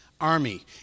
army